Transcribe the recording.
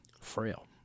Frail